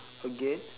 again